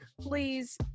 please